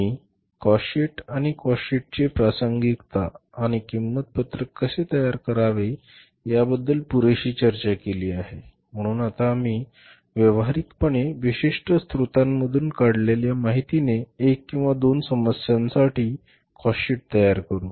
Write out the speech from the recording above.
मी cost sheet आणि cost शीटची प्रासंगिकता आणि किंमत पत्रक कसे तयार करावे याबद्दल पुरेशी चर्चा केली आहे म्हणून आता आम्ही व्यावहारिकपणे विशिष्ट स्त्रोतांमधून काढलेली माहितीने एक किंवा दोन समस्यांसाठी काॅस्ट शीट तयार करू